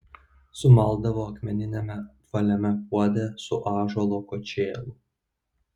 sumaldavo akmeniniame apvaliame puode su ąžuolo kočėlu